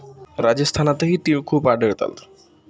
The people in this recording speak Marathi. राजस्थानातही तिळ खूप आढळतात